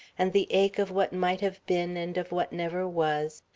and the ache of what might have been and of what never was,